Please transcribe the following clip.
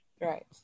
Right